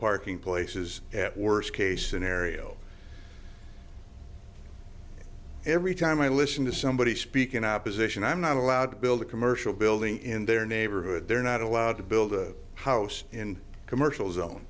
parking places at worst case scenario every time i listen to somebody speak in opposition i'm not allowed to build a commercial building in their neighborhood they're not allowed to build a house in a commercial zon